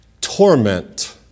torment